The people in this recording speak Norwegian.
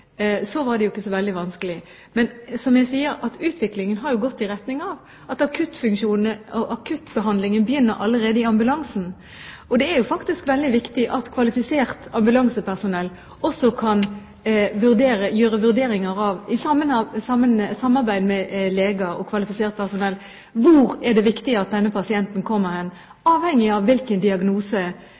så veldig vanskelig. Men som jeg sier, har utviklingen gått i retning av at akuttfunksjonene og akuttbehandlingen begynner allerede i ambulansen. Det er faktisk veldig viktig at kvalifisert ambulansepersonell også kan gjøre vurderinger av, i samarbeid med leger og kvalifisert personell, hvor det er viktig at denne pasienten kommer, avhengig av hvilken diagnose